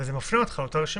וזה מפני אותך לאותה רשימה.